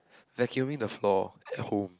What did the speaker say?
vacuuming the floor at home